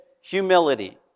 humility